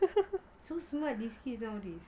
so smart these kids nowadays